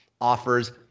offers